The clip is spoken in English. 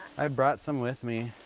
i brought some with me.